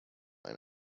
line